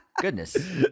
Goodness